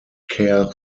kerr